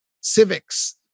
civics